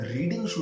Reading